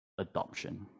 Adoption